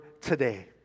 today